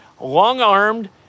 long-armed